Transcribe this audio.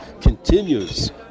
continues